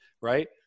right